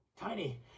Tiny